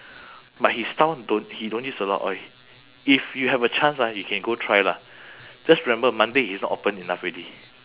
but his style don't he don't use a lot of oil if you have a chance ah you can go try lah just remember monday he's not open enough already